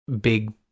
big